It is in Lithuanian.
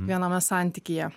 viename santykyje